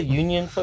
union